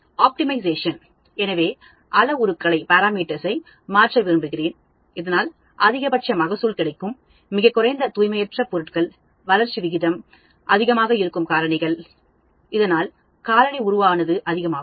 optimisation எனவே அளவுருக்களை மாற்ற விரும்புகிறேன் இதனால் அதிகபட்ச மகசூல் கிடைக்கும் மிக குறைந்த தூய்மையற்ற பொருட்கள் வளர்ச்சி விகிதம் அதிகமாக இருக்கும் காரணிகள் அதனால் காலனிஉருவானது அதிகமாகும்